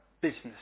business